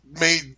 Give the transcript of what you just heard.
made